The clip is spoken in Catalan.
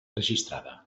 registrada